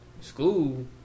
School